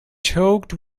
choked